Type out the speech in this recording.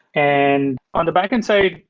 and on the backend side,